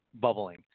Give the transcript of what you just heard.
bubbling